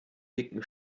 dicken